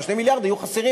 2 מיליארד יהיו חסרים